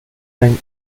time